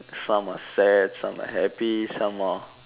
some are sad some are happy some are